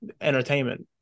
entertainment